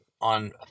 on